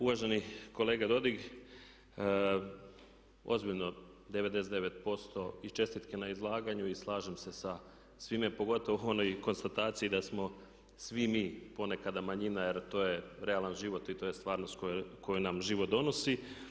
Uvaženi kolega Dodig, ozbiljno 99% i čestitke na izlaganju i slažem se sa svime, pogotovo onoj konstataciji da smo svi mi ponekad manjina jer to je realan život i to je stvarnost koju nam život donosi.